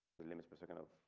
the limit per second of.